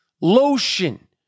lotion